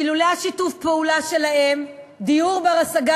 שאילולא שיתוף הפעולה שלהם דיור בר-השגה